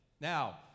Now